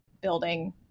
building